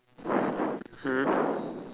mm